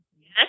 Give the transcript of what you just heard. Yes